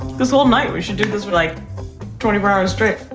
this whole night we should do this for like twenty four hours straight.